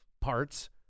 parts